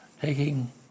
taking